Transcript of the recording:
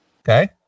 Okay